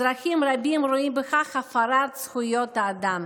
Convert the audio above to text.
אזרחים רבים רואים בכך הפרת זכויות אדם.